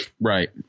right